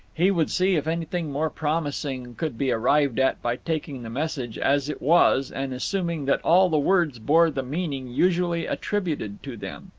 he would see if anything more promising could be arrived at by taking the message as it was and assuming that all the words bore the meaning usually attributed to them.